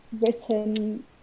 written